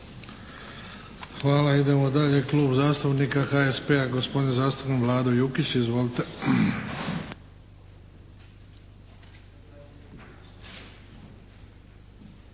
Hvala. Idemo dalje. Klub zastupnika HSP-a, gospodin zastupnik Vlado Jukić, izvolite.